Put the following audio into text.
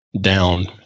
down